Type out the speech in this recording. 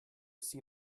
sea